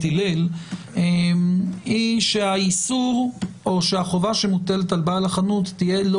והיא שהאיסור או שהחובה שמוטלת על בעל החנות תהיה לא